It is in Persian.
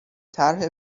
طرح